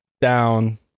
down